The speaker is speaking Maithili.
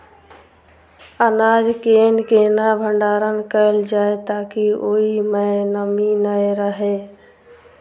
अनाज केँ केना भण्डारण कैल जाए ताकि ओई मै नमी नै रहै?